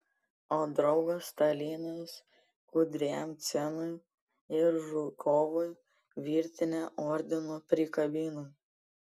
o draugas stalinas kudriavcevui ir žukovui virtinę ordinų prikabina